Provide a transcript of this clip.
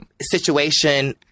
...situation